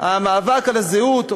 המאבק על הזהות,